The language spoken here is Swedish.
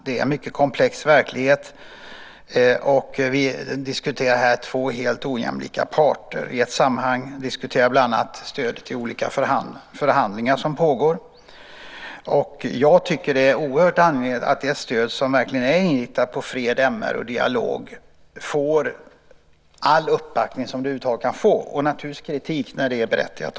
Det är en mycket komplex verklighet, och här diskuterar vi två helt ojämlika parter. I ett sammanhang diskuterar vi bland annat stödet till olika förhandlingar som pågår, och jag tycker att det är oerhört angeläget att det stöd som verkligen är inriktat på fred, MR och dialog får all den uppbackning som det över huvud taget kan få - och naturligtvis också kritik när det är berättigat.